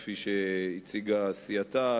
כפי שהציגה סיעתה,